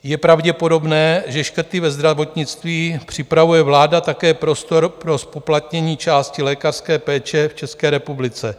Je pravděpodobné, že škrty ve zdravotnictví připravuje vláda také prostor pro zpoplatnění části lékařské péče v České republice.